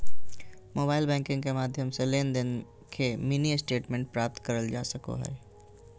mobile banking के माध्यम से लेनदेन के मिनी स्टेटमेंट प्राप्त करल जा सको हय